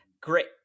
Great